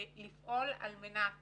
לפעול על מנת